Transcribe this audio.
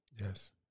Yes